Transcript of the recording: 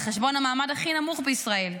על חשבון המעמד הכי נמוך בישראל.